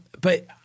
But-